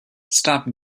stop